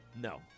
No